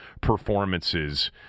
performances